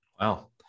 Wow